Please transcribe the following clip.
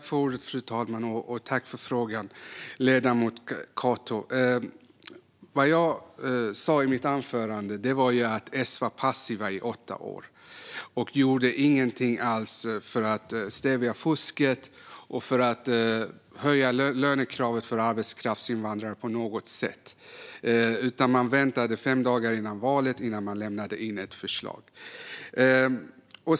Fru talman! Tack för frågan, ledamoten Cato! Vad jag sa i mitt anförande var att S var passiva i åtta år. Man gjorde ingenting alls för att stävja fusket eller höja lönekravet för arbetskraftsinvandrare på något sätt, utan man väntade till fem dagar före valet innan man lämnade in ett förslag.